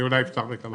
אפתח אולי בכמה מילים.